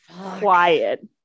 Quiet